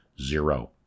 zero